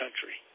country